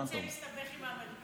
הוא לא רוצה להסתבך עם האמריקאים.